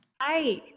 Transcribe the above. Hi